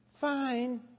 Fine